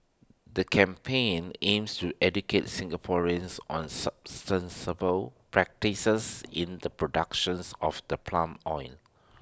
the campaign aims to educate Singaporeans on substance ball practices in the productions of the plum oil